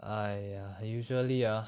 !aiya! usually ah